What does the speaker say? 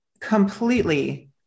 completely